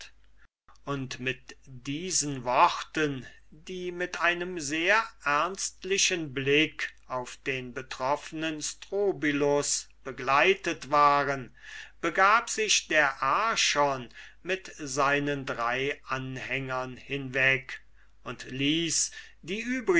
und mit diesen worten die mit einem sehr ernstlichen blick auf den betroffnen strobylus begleitet waren begab sich der archon mit seinen drei anhängern hinweg und ließ die übrigen